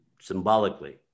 Symbolically